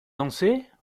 danser